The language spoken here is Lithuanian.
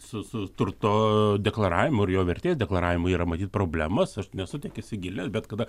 su su turto deklaravimu ir jo vertės deklaravimu yra matyt problemos aš nesu tiek įsigilinęs bet kada